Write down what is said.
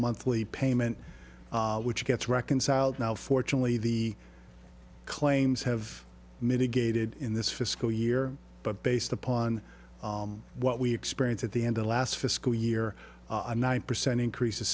monthly payment which gets reconciled now fortunately the claims have mitigated in this fiscal year but based upon what we experience at the end of last fiscal year i'm nine percent increase is